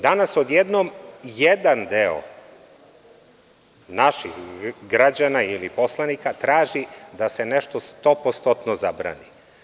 Danas odjednom jedan deo naših građana ili poslanika traži da se nešto stopostotno zabrani.